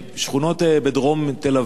שכונות בדרום תל-אביב